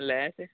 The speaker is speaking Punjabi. ਲੈ